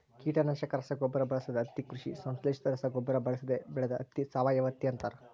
ಕೀಟನಾಶಕ ರಸಗೊಬ್ಬರ ಬಳಸದ ಹತ್ತಿ ಕೃಷಿ ಸಂಶ್ಲೇಷಿತ ರಸಗೊಬ್ಬರ ಬಳಸದೆ ಬೆಳೆದ ಹತ್ತಿ ಸಾವಯವಹತ್ತಿ ಅಂತಾರ